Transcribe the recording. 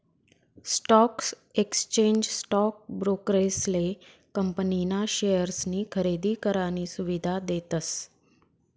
stock exchange stock ब्रोकरेसले company ना शेअर्सनी खरेदी करानी सुविधा देतस